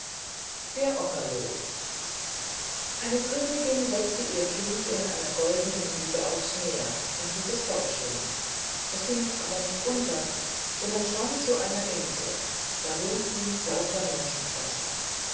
der okerlo eine königin setzte ihr kind in einer goldenen wiege aufs meer und ließ es fortschwimmen es ging aber nicht unter sondern schwamm zu einer insel da wohnten lauter menschenfresser